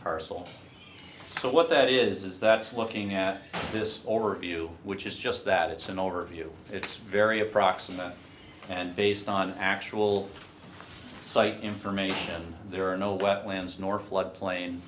parcel so what that is is that's looking at this view which is just that it's an overview it's very approximate and based on actual site information there are no wetlands nor floodplain